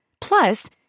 Plus